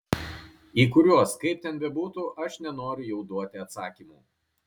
į kuriuos kaip ten bebūtų aš nenoriu jau duoti atsakymų